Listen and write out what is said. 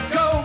go